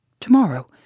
Tomorrow